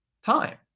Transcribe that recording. time